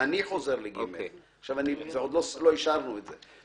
אם לא, צריך להכניס את זה.